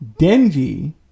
denji